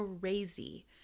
crazy